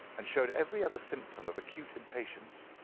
and showed every other symptom of acute impatience.